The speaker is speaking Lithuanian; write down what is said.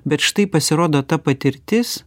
bet štai pasirodo ta patirtis